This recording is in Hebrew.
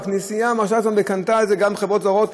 והכנסייה מרשה את זה ומכרה גם לחברות זרות,